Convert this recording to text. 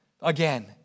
again